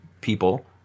people